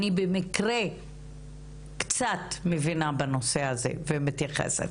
אני במקרה קצת מבינה בנושא הזה ומתייחסת.